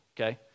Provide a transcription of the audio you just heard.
okay